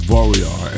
Warrior